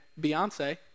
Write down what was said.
Beyonce